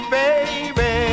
baby